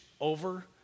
over